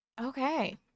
okay